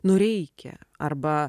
nu reikia arba